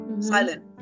silent